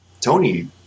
Tony